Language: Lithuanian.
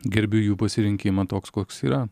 gerbiu jų pasirinkimą toks koks yra